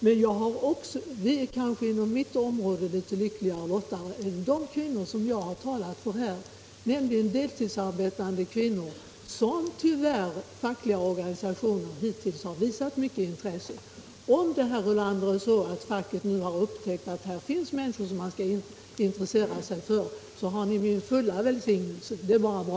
Men inom mitt område har vi väl kanske varit litet lyckligare lottade än de kvinnor som jag här har talat för, alltså de deltidsarbetande kvinnorna, som de fackliga organisationerna hittills tyvärr har visat ett mycket svagt intresse för. Om det är så, herr Ulander, att facket nu har upptäckt att här finns människor som man måste intressera sig för, så har ni min fulla välsignelse. Det är bara bra.